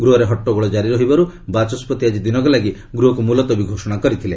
ଗୃହରେ ହଟ୍ଟଗୋଳ ଜାରି ରହିବାରୁ ବାଚସ୍କତି ଆଜି ଦିନକ ଲାଗି ଗୃହକୁ ମୁଲତବୀ ଘୋଷଣା କରିଥିଲେ